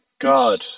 God